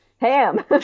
ham